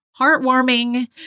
heartwarming